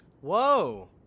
Whoa